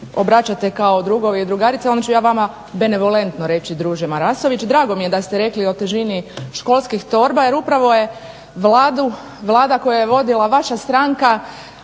obraćate kao drugovi i drugarice onda ću ja vama benevolentno reći druže Marasović. Drago mi je da ste rekli o težini školskih torba jer upravo je Vlada koju je vodila vaša stranka